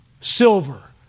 silver